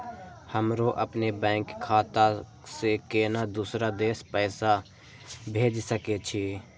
हमरो अपने बैंक खाता से केना दुसरा देश पैसा भेज सके छी?